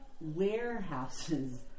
warehouses